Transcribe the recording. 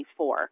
2024